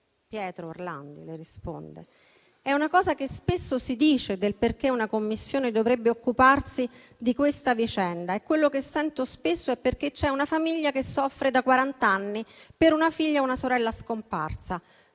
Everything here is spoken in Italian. Pietro Orlandi: una cosa che spesso si dice è perché una Commissione dovrebbe occuparsi di questa vicenda. Quello che sento spesso è perché c'è una famiglia che soffre da quarant'anni per una figlia e una sorella scomparsa.